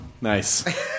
nice